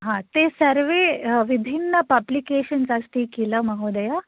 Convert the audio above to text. हा ते सर्वे विभिन्न पब्लिकेशन्स् अस्ति किल महोदया